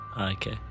Okay